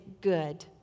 good